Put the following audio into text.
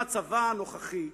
במצבה הנוכחי,